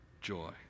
joy